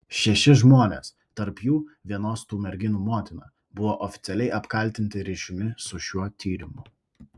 šeši žmonės tarp jų vienos tų merginų motina buvo oficialiai apkaltinti ryšium su šiuo tyrimu